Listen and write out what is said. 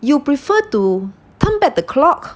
you prefer to turn back the clock